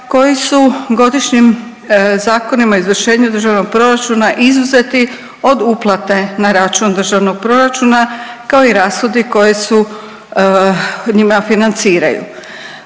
koji su godišnjim Zakonima o izvršenju državnog proračuna izuzeti od uplate na račun državnog proračuna kao i rashodi koji se njima financiraju.